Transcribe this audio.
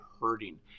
hurting